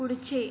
पुढचे